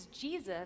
Jesus